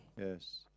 Yes